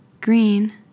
green